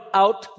out